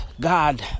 God